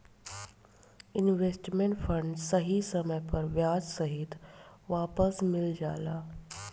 investment fund सही समय पर ब्याज सहित वापस मिल जाला